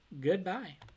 Goodbye